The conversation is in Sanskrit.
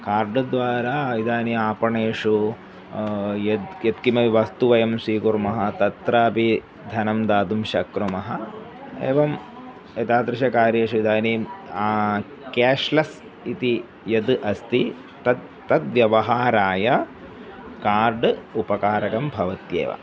कार्ड्द्वारा इदानीम् आपणेषु यत् यत्किमपि वस्तुं वयं स्वीकुर्मः तत्रापि धनं दातुं शक्नुमः एवम् एतादृशेषु कार्येषु इदानीं क्याश्लेस् इति यद् अस्ति तत् तद् व्यवहाराय कार्ड् उपकारकं भवत्येव